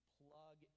plug